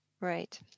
Right